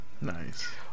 Nice